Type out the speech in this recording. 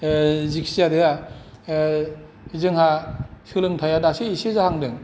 जेखि जाया जोंहा सोलोंथाइ दासो एसे जाहांदों